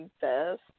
best